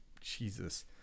Jesus